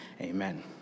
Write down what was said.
Amen